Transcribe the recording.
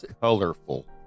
colorful